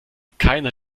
keiner